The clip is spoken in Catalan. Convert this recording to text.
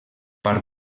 part